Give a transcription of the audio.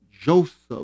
Joseph